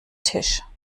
tisch